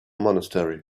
monastery